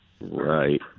Right